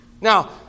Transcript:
Now